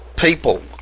people